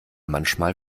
manchmal